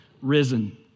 risen